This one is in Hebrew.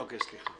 אוקיי, סליחה.